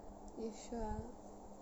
you sure